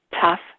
tough